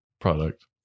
product